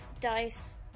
dice